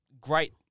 great